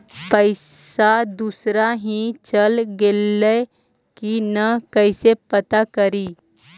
पैसा दुसरा ही चल गेलै की न कैसे पता करि?